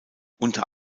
unter